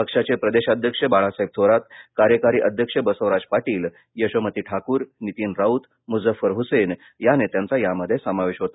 पक्षाचे प्रदेशाध्यक्ष बाळासाहेब थोरात कार्यकारी अध्यक्ष बसवराज पाटील यशोमती ठाकूर नीतीन राऊत मुझफ्फर हुसेन या नेत्यांचा यामध्ये समावेश होता